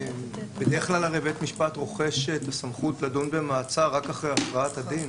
בדרך כלל בית משפט רוכש את הסמכות לדון במעצר רק אחרי הכרעת הדין.